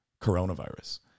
coronavirus